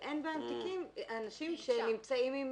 ואין בהם תיקים של אנשים שנמצאים עם